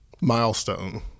milestone